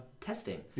testing